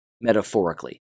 metaphorically